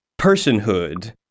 personhood